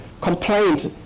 complaint